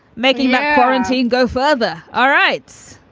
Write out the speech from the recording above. making my quarantine go further. all right.